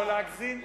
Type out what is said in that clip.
לא להגזים?